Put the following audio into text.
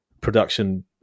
production